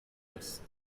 است